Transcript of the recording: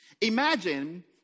Imagine